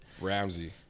Ramsey